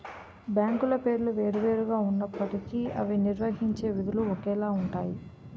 బ్యాంకుల పేర్లు వేరు వేరు గా ఉన్నప్పటికీ అవి నిర్వహించే విధులు ఒకేలాగా ఉంటాయి